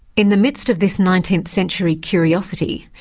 in the midst of this nineteenth-century curiosity,